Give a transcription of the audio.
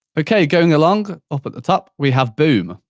okay, going along up at the top we have boom.